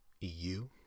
EU